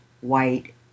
white